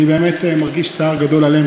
אני באמת מרגיש צער גדול עליהם,